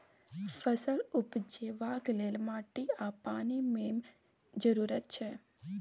फसल उपजेबाक लेल माटि आ पानि मेन जरुरत छै